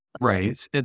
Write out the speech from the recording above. Right